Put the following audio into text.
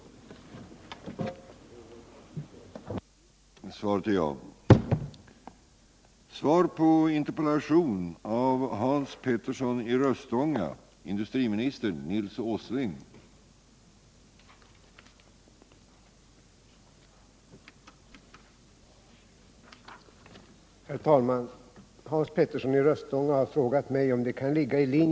Om verkningarna av att företag och produktion flyttas från en kommun till en annan